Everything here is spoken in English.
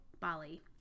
Bali